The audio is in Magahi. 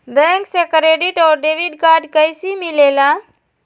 बैंक से क्रेडिट और डेबिट कार्ड कैसी मिलेला?